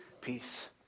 peace